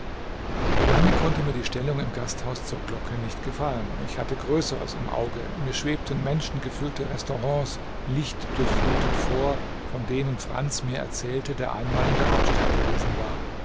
lange konnte mir die stellung im gasthaus zur glocke nicht gefallen ich hatte größeres im auge mir schwebten menschengefüllte restaurants lichtdurchflutet vor von denen franz mir erzählte der einmal in der hauptstadt gewesen war